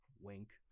wink